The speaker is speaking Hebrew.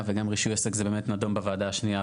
וגם רישוי עסק זה באמת נדון בוועדה השנייה.